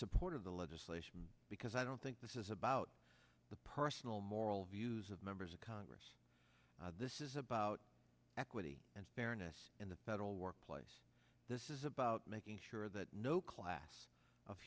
support of the legislation because i don't think this is about the personal moral views of members of congress this is about equity and fairness in the federal workplace this is about making sure that no class of